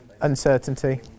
Uncertainty